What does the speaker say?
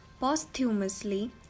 posthumously